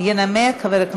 לא עברה.